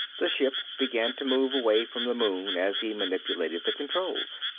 the ship began to move away from the moon as he manipulated the controls.